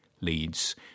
leads